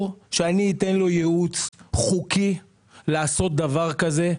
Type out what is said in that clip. שאני אתן לו ייעוץ חוקי לעשות דבר כזה.